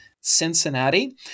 Cincinnati